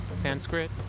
Sanskrit